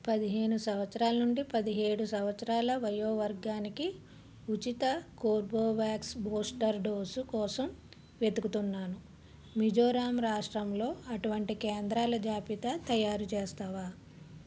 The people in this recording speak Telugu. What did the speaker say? పదిహేను సంవత్సరాల నుంచి పదిహేడు సంవత్సరాల వయో వర్గానికి ఉచిత కోర్బోవ్యాక్స్ బూస్టర్ డోసు కోసం వెతుకుతున్నాను మిజోరాం రాష్ట్రంలో అటువంటి కేంద్రాల జాబితా తయారు చేస్తావా